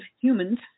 humans